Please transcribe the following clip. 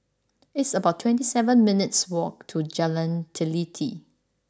it's about twenty seven minutes' walk to Jalan Teliti